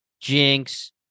Jinx